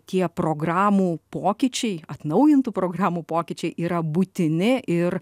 tie programų pokyčiai atnaujintų programų pokyčiai yra būtini ir